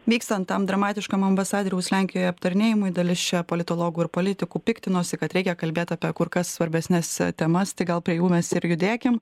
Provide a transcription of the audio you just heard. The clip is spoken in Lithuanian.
vykstant tam dramatiškam ambasadoriaus lenkijoj aptarinėjimui dalis čia politologų ir politikų piktinosi kad reikia kalbėt apie kur kas svarbesnes temas tai gal prie jūs mes ir judėkim